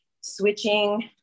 switching